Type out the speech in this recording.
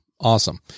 Awesome